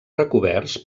recoberts